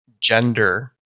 gender